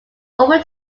over